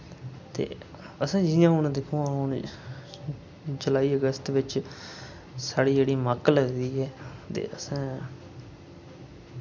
ते असें जि'यां हून दिक्खोआं हून जुलाई अगस्त बिच साढ़ी जेह्ड़ी मक्क लगदी ऐ ते असें